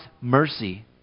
mercy